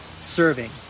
serving